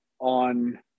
on